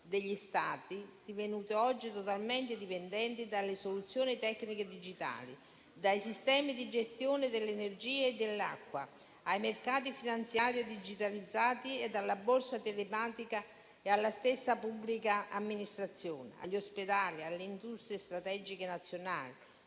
degli Stati, divenute oggi totalmente dipendenti dalle soluzioni tecniche e digitali. Dai sistemi di gestione dell'energia e dell'acqua ai mercati finanziari e digitalizzati, dalla borsa telematica alla stessa pubblica amministrazione, agli ospedali, alle industrie strategiche nazionali: